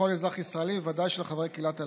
לכל אזרח ישראלי, בוודאי שלחברי קהילת הלהט"בים.